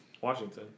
Washington